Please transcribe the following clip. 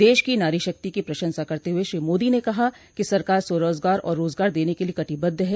देश की नारी शक्ति की प्रशंसा करते हुए श्री मोदी ने कहा कि सरकार स्वरोजगार और रोजगार देने के लिए कटिबद्ध है